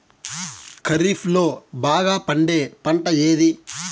ఖరీఫ్ లో బాగా పండే పంట ఏది?